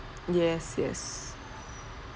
yes yes